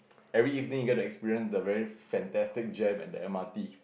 every evening you get to experience the very fantastic jam at the M_R_T